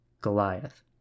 Goliath